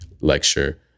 lecture